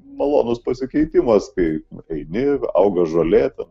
malonus pasikeitimas kai eini auga žolė ten